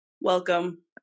welcome